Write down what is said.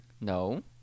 No